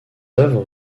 œuvres